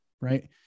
right